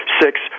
six